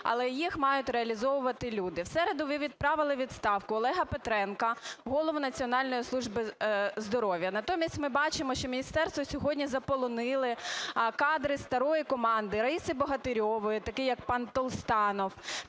але їх мають реалізовувати люди. В середу ви відправили у відставку Олега Петренка, голову Національної служби здоров'я. Натомість ми бачимо, що міністерство сьогодні заполонили кадри старої команди Раїси Богатирьової, такий як пан Толстанов,